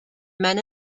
men